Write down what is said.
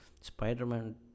Spider-Man